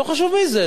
לא חשוב איזה,